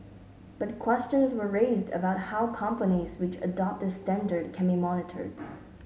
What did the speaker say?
but questions were raised about how companies which adopt this standard can be monitored